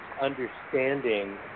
understanding